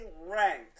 ranked